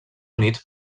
units